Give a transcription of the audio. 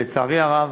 לצערי הרב,